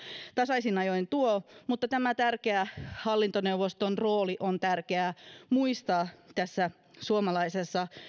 tasaisin ajoin tuo mutta tämä tärkeä hallintoneuvoston rooli on tärkeää muistaa tässä suomalaisen